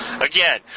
Again